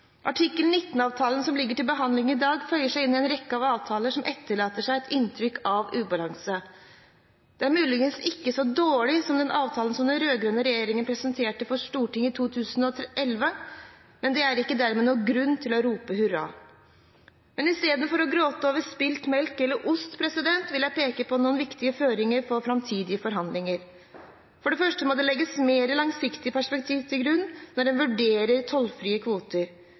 som er til behandling i dag, føyer seg inn i en rekke avtaler som etterlater seg et inntrykk av ubalanse. Den er muligens ikke så dårlig som den avtalen den rød-grønne regjeringen presenterte for Stortinget i 2011, men det er ikke dermed noen grunn til å rope hurra. Men i stedet for å gråte over spilt melk eller ost vil jeg peke på noen viktige føringer for framtidige forhandlinger. For det første må det legges mer langsiktige perspektiver til grunn når en vurderer tollfrie kvoter. Det er ikke nok å bygge vurderingene på dagens markedssituasjon. Slike kvoter